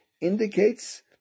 indicates